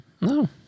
No